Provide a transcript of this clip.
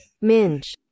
Minge